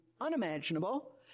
unimaginable